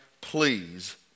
please